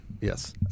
Yes